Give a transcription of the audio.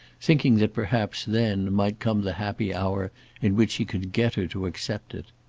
thinking that perhaps then might come the happy hour in which he could get her to accept it.